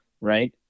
right